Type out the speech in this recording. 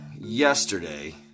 yesterday